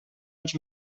els